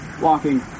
walking